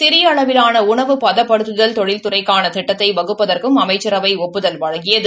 சிறு உணவு பதப்படுத்துதல் தொழில் துறைக்கான திட்டத்தை வகுப்பதற்கும் அமைச்சரவை ஒப்புதல் வழங்கியகு